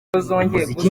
umuziki